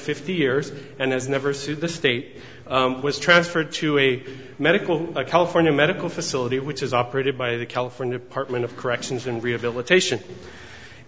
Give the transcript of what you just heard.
fifty years and has never sued the state was transferred to a medical a california medical facility which is operated by the california department of corrections and rehabilitation